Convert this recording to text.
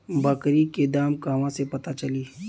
बकरी के दाम कहवा से पता चली?